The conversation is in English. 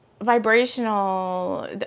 vibrational –